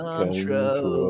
control